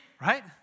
Right